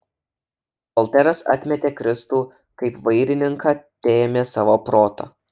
volteras atmetė kristų kaip vairininką teėmė savo protą